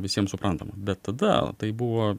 visiem suprantama bet tada tai buvo